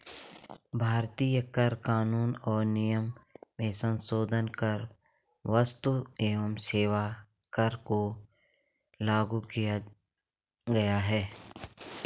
भारतीय कर कानून और नियम में संसोधन कर क्स्तु एवं सेवा कर को लागू किया गया है